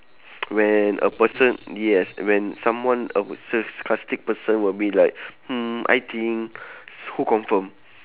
when a person yes when someone a s~ sarcastic person will be like mm I think who confirm